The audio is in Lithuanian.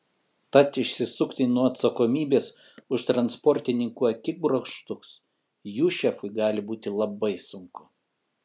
tad išsisukti nuo atsakomybės už transportininkų akibrokštus jų šefui gali būti labai sunku